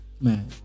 Man